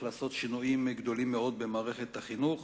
לעשות שינויים גדולים מאוד במערכת החינוך,